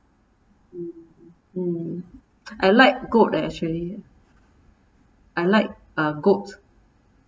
mm I like goat eh actually I like uh goats